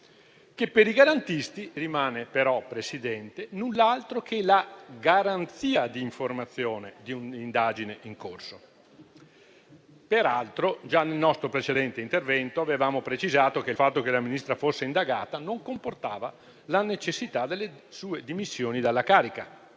per i garantisti rimane però, Presidente, null'altro che la garanzia di informazione di un'indagine in corso. Peraltro, già nel nostro precedente intervento avevamo precisato che il fatto che la Ministra fosse indagata non comportava la necessità delle sue dimissioni dalla carica.